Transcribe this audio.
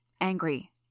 Angry